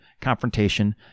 confrontation